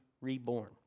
reborn